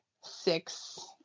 six